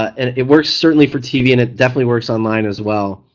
and it works certainly for tv and it definitely works online as well.